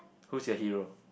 who's your hero